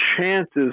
chances